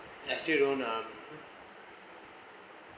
I still don't uh